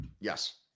Yes